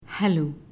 Hello